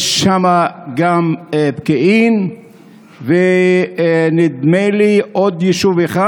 יש שם גם פקיעין ונדמה לי עוד יישוב אחד,